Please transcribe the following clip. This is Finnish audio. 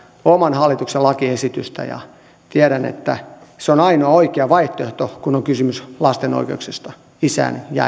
oman hallituksen lakiesitystä tiedän että se on ainoa vaihtoehto kun on kysymys lasten oikeuksista isään ja